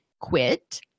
quit